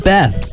Beth